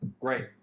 Great